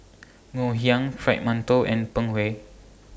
Ngoh Hiang Fried mantou and Png Kueh